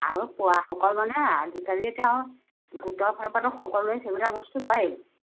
আৰু পোৱাসকল মানে আজিকালি এতিয়া আৰু গোটৰ ফালৰ পৰাটো সকলোৱে সেইবিলাক বস্তু পাইয়ে